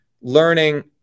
learning